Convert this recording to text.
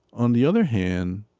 on the other hand,